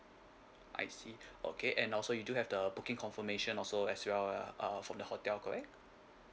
I see okay and also you do have the booking confirmation also as well ya uh from the hotel correct